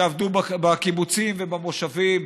שעבדו בקיבוצים ובמושבים,